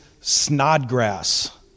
Snodgrass